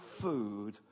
food